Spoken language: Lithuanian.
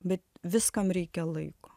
bet viskam reikia laiko